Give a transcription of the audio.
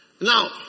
Now